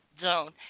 zone